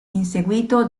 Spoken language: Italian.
inseguito